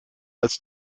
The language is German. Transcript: als